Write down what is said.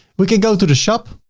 we can go to the shop.